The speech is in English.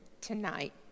tonight